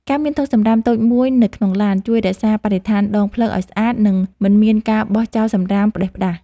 ការមានធុងសំរាមតូចមួយនៅក្នុងឡានជួយរក្សាបរិស្ថានដងផ្លូវឱ្យស្អាត និងមិនមានការបោះចោលសំរាមផ្ដេសផ្ដាស។